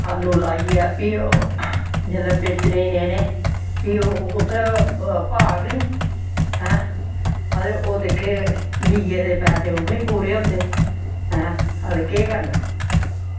भी ओह् आलू लाइयै भी ओह् बेचने गी लेने भी ओह् उत्थें भाऽ गै नेईं ते भी ओह् जेह्के बीऽ दे पैसे ओह्बी पूरे निं होंदे ऐं ते कोह् करना